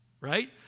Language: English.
right